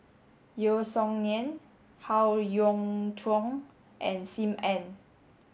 Yeo Song Nian Howe Yoon Chong and Sim Ann